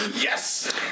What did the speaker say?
Yes